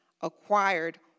acquired